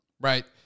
Right